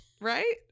Right